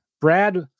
Brad